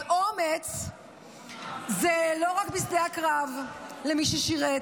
אז אומץ זה לא רק בשדה הקרב, למי ששירת,